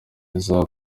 isaha